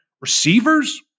Receivers